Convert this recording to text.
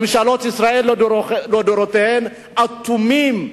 ממשלות ישראל לדורותיהן אטומות,